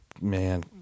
Man